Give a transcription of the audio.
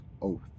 oath